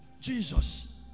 Jesus